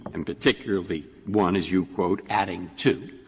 in particularly one as you quote adding to,